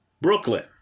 Brooklyn